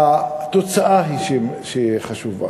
התוצאה היא שחשובה.